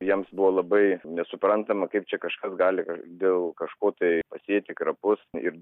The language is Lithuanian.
jiems buvo labai nesuprantama kaip čia kažkas gali kad dėl kažko tai pasėti krapus ir